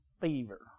fever